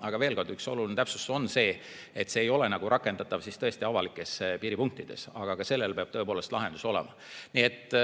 Aga veel kord: oluline täpsustus on see, et see ei ole rakendatav avalikes piiripunktides, aga ka seal peab tõepoolest lahendus olema. Nii et